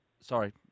Sorry